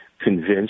convinced